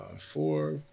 Four